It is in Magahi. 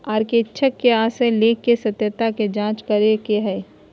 अंकेक्षण से आशय लेख के सत्यता के जांच करे के हइ